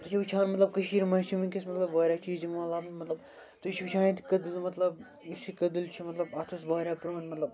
تُہۍ چھِو وٕچھان مطلب کٔشیٖرِ منٛز چھِ وٕنۍکٮ۪س مطلب واریاہ چیٖز یِوان لبنہٕ مطلب تُہۍ چھِو وٕچھان ییٚتہِ کٔدٕٔل مطلب یُس یہِ کٔدٕل چھُ مطلب اَتھ ٲس واریاہ پرٛون مطلب